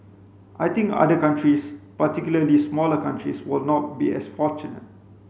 I think other countries particularly smaller countries will not be as fortunate